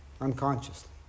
unconsciously